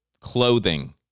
clothing